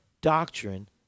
doctrine